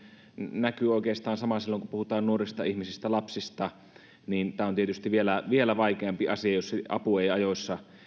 näkyy oikeastaan sama ja silloin kun puhutaan nuorista ihmisistä lapsista tämä on tietysti vielä vielä vaikeampi asia jos apu ei ajoissa